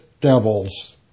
devils